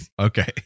Okay